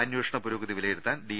അമ്പേഷണ പുരോഗതി വിലയിരുത്താൻ ഡി